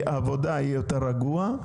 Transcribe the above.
העבודה יהיה יותר רגוע.